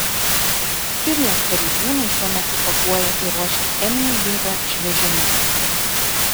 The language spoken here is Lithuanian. sirijos pareigūnai šiuo metu pakuoja ir ruošia cheminį ginklą išvežimui